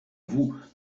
vous